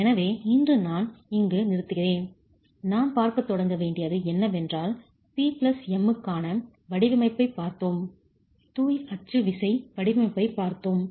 எனவே இன்று நான் இங்கு நிறுத்துகிறேன் நாம் பார்க்கத் தொடங்க வேண்டியது என்னவென்றால் PM க்கான வடிவமைப்பைப் பார்த்தோம் தூய அச்சு விசை வடிவமைப்பைப் பார்த்தோம்